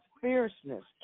fierceness